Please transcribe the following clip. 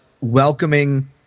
welcoming